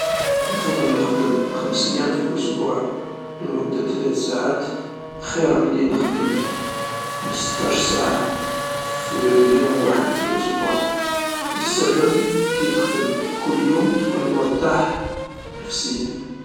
نفضل نخدم خمس أيام في الأسبوع لمدة ثلاث ساعات خير ملي نخدم خمسطاش ساعة في يوم واحد في الأسبوع، السبب كي تخدم كل يوم تكون مرتاح نفسيا.